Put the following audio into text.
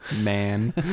Man